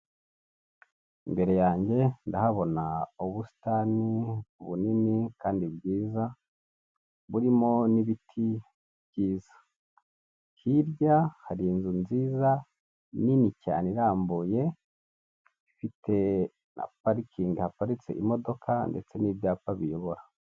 Imbere yanjye ndahabona ubusitani bunini kandi bwiza burimo n'ibiti byiza, hirya hari inzu nziza nini cyane irambuye ifite na pariking haparitse imodoka ndetse n'ibyapa biyobora.